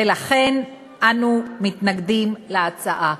ולכן אנו מתנגדים להצעה.